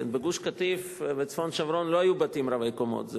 בגוש-קטיף בצפון-שומרון לא היו בתים רבי-קומות.